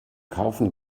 kaufen